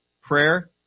prayer